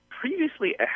previously